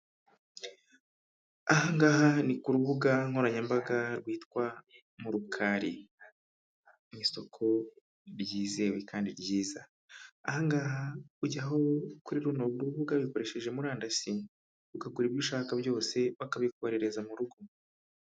Ahangaha ni ku rubuga nkoranyambaga rwitwa Murukari, mu isoko ryizewe kandi ryiza. Aha ngaha ujyaho kuri runo rubuga bikoresheje murandasi ukagura ibyo ushaka byose bakabikoherereza mu rugo.